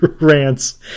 rants